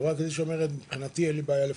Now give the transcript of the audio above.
שאין לה בעיה לפנות,